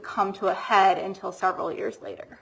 come to a head until several years later